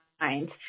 mind